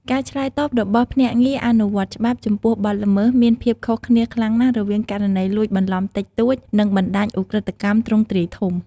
ការឆ្លើយតបរបស់ភ្នាក់ងារអនុវត្តច្បាប់ចំពោះបទល្មើសមានភាពខុសគ្នាខ្លាំងណាស់ រវាងករណីលួចបន្លំតិចតួច និងបណ្ដាញឧក្រិដ្ឋកម្មទ្រង់ទ្រាយធំ។